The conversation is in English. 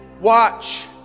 watch